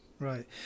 Right